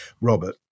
Robert